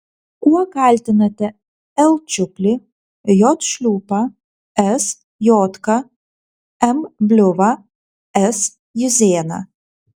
kuo kaltinate l čiuplį j šliūpą s jodką m bliuvą s juzėną